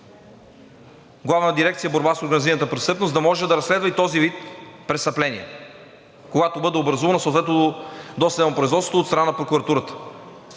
Главна дирекция „Борба с организираната престъпност“ да може да разследва и този вид престъпления, когато бъде образувано съответно досъдебно производство от страна на прокуратурата.